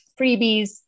freebies